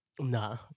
Nah